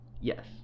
yes